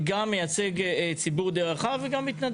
אתה יר5דת לרזולוציות שהן מאוד נכונות אבל ברגע שתהיה אסדרה,